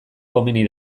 komeni